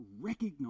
recognize